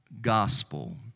gospel